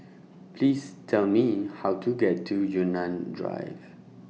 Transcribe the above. Please Tell Me How to get to Yunnan Drive